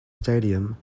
stadium